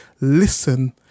listen